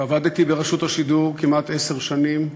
ועבדתי ברשות השידור כמעט עשר שנים,